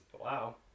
Wow